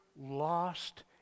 lost